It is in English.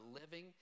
living